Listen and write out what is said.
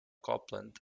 copland